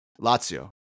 Lazio